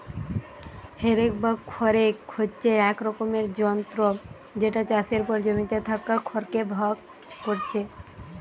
হে rake বা খড় rake হচ্ছে এক রকমের যন্ত্র যেটা চাষের পর জমিতে থাকা খড় কে ভাগ কোরছে